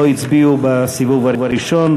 לא הצביעו בסיבוב בראשון.